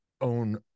own